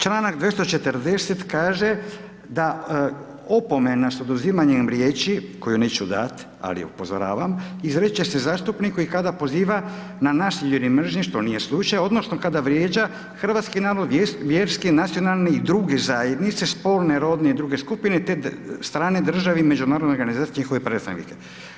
Članak 240. kaže da opomena sa oduzimanjem riječi koju neću dati, ali upozoravam, izriče se zastupniku i kada poziva na nasilje ili mržnju, što nije slučaj odnosno kada vrijeđa hrvatski narod, vjerske, nacionalne i druge zajednice, spolne, rodne i druge skupine te strane države i međunarodne organizacije i njihove predstavnike.